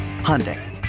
Hyundai